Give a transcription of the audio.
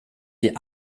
die